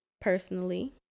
personally